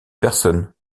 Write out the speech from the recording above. personne